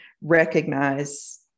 recognize